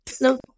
No